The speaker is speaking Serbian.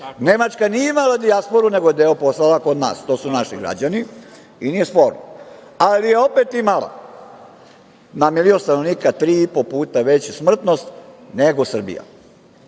Nemačka nije imala dijasporu, nego je deo poslala kod nas. To su naši građani i to nije sporno. Ali, opet je imala na milion stanovnika tri i po puta veću smrtnost nego Srbija. Da